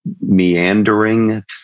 meandering